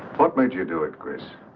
what made you do it chris.